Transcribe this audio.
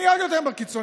אני עוד יותר קיצוני.